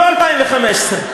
לא 2015,